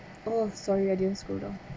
oh sorry I didn't scroll down